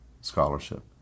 scholarship